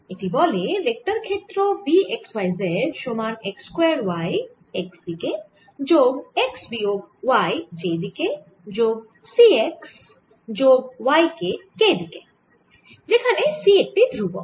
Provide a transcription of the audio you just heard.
এটি বলে ভেক্টর ক্ষেত্র V x y z সমান x স্কয়ার y x দিকে যোগ x বিয়োগ y j দিকে যোগ c x যোগ y k দিকে যেখানে c একটি ধ্রুবক